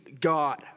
God